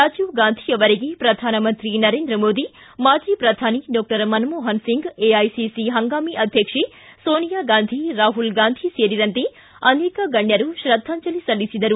ರಾಜೀವ್ ಗಾಂಧಿ ಅವರಿಗೆ ಪ್ರಧಾನಮಂತ್ರಿ ನರೇಂದ್ರಮೋದಿ ಮಾಜಿ ಪ್ರಧಾನಿ ಡಾಕ್ಟರ್ ಮನ್ಮೋಹನ್ ಸಿಂಗ್ ಎಐಸಿಸಿ ಹಂಗಾಮಿ ಅಧ್ಯಕ್ಷೆ ಸೋನಿಯಾ ಗಾಂಧಿ ರಾಹುಲ್ ಗಾಂಧಿ ಸೇರಿದಂತೆ ಅನೇಕ ಗಣ್ಣರು ಶ್ರದ್ಧಾಂಜಲಿ ಸಲ್ಲಿಸಿದ್ದಾರೆ